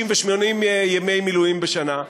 60 ו-80 ימי מילואים בשנה,